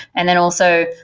and then also,